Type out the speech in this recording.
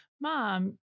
mom